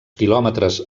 quilòmetres